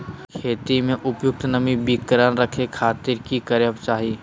खेत में उपयुक्त नमी बरकरार रखे खातिर की करे के चाही?